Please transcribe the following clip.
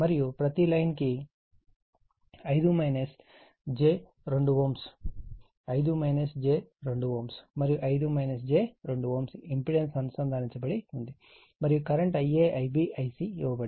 మరియు ప్రతి లైన్ కు 5 j 2Ω 5 j 2Ω మరియు 5 j2 ఇంపెడెన్స్ అనుసంధానించబడినది మరియు కరెంట్ Ia Ib Ic ఇవ్వబడింది